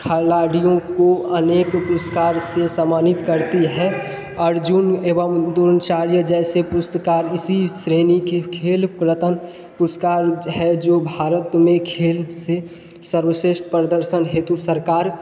खिलाड़ियों को अनेक पुरस्कार से सम्मानित करती है अर्जुन एवं द्रोणाचार्य जैसे परुस्कार इसी श्रेणी के खेल रत्न पुरस्कार है जो भारत में खेल से सर्वश्रेष्ठ प्रदर्शन हेतु सरकार